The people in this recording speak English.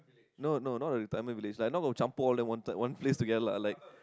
no no not a retirement village like I'm not gonna campur all of them one side one place together lah like